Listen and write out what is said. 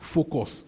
Focus